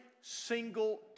single